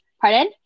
Pardon